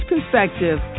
perspective